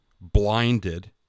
blinded